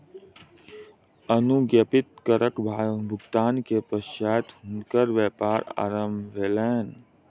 अनुज्ञप्ति करक भुगतान के पश्चात हुनकर व्यापार आरम्भ भेलैन